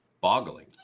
boggling